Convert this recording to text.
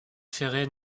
ferré